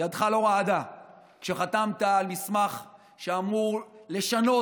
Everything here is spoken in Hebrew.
ידך לא רעדה כשחתמת על מסמך שאמור לשנות